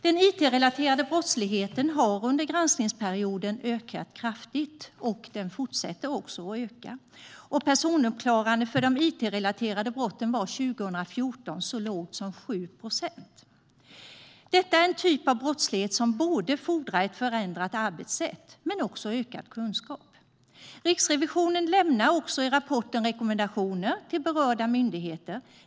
Den it-relaterade brottsligheten har under granskningsperioden ökat kraftigt, och den fortsätter också att öka. Personuppklaringen för de it-relaterade brotten var 2014 så låg som 7 procent. Detta är en typ av brottslighet som både fordrar ett förändrat arbetssätt och en ökad kunskap. Riksrevisionen lämnar också i rapporten rekommendationer till berörda myndigheter.